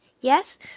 Yes